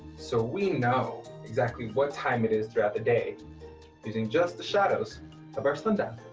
so we know exactly what time it is throughout the day using just the shadows of our sundial.